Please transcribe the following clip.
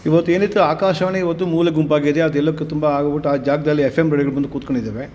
ಇವತ್ತು ಏನಿತ್ತು ಆಕಾಶವಾಣಿ ಇವತ್ತು ಮೂಲೆ ಗುಂಪಾಗಿದೆ ಅದು ಎಲ್ಲೋ ಕ್ ತುಂಬ ಆಗೋಗ್ಬಿಟ್ಟ್ ಆ ಜಾಗದಲ್ಲಿ ಎಫ್ ಎಮ್ ರೇಡಿಯೊಗಳು ಬಂದು ಕುತ್ಕೊಂಡಿದ್ದಾವೆ